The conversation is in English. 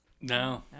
No